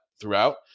throughout